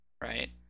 right